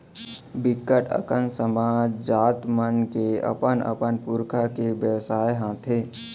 बिकट अकन समाज, जात मन के अपन अपन पुरखा के बेवसाय हाथे